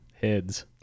heads